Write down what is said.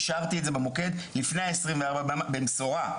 אישרתי את זה במוקד לפני ה-24 במשורה,